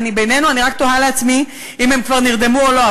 בינינו, אני רק תוהה לעצמי אם הם כבר נרדמו או לא.